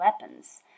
weapons